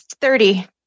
thirty